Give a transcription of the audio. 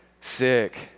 sick